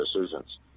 decisions